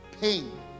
pain